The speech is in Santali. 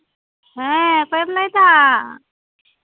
ᱦᱮᱸ ᱚᱠᱚᱭᱮᱢ ᱞᱟᱹᱭᱮᱫᱟ